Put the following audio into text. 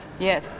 Yes